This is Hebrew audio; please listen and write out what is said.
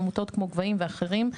עמותות כמו 'גבהים' ואחרים,